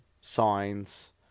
Signs